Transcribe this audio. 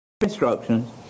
instructions